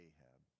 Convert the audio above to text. Ahab